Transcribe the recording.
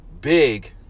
big